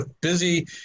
busy